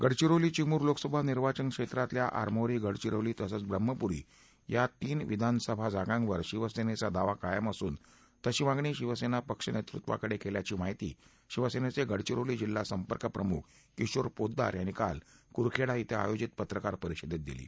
गडचिरोली चिमूर लोकसभा निर्वाचन क्षेत्रातल्या आरमोरी गडचिरोली तसंच ब्रम्हपुरी या तीन विधानसभा जागांवर शिवसेनेचा दावा कायम असून तशी मागणी शिवसेना पक्ष नेतृत्वाकडे केल्याची माहिती शिवसेनेचे गडघिरोली जिल्हा संपर्कप्रमुख किशोर पोतदार यांनी काल कुरखेडा श्रिं आयोजित पत्रकारपरिषदेत दिली